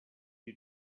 you